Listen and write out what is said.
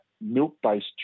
Milk-based